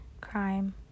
crime